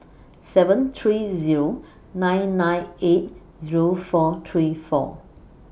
seven three Zero nine nine eight Zero four three four